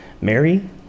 Mary